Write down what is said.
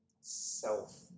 self